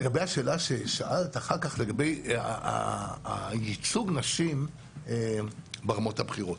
אם אנחנו מסתכלים על מישהו שמשקיע בבורסה,